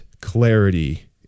clarity